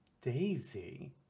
Daisy